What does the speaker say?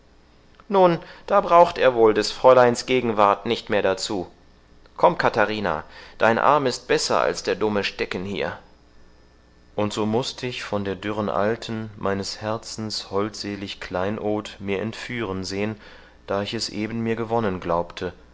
nun da braucht er wohl des fräuleins gegenwart nicht mehr dazu komm katharina dein arm ist besser als der dumme stecken hier und so mußt ich von der dürren alten meines herzens holdselig kleinod mir entführen sehen da ich es eben mir gewonnen glaubte